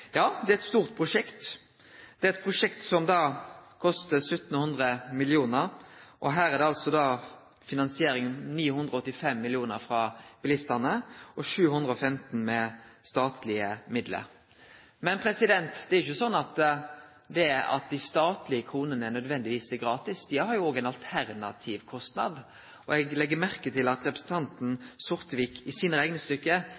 Ja, det er eit stort prosjekt. Det er eit prosjekt som kostar 1 700 mill. kr, og her er altså finansieringa 985 mill. kr frå bilistane og 715 mill. kr med statlege midlar. Men det er jo ikkje sånn at dei statlege kronene nødvendigvis er gratis, dei har jo òg ein alternativ kostnad. Eg legg merke til at